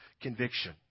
conviction